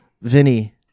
Vinny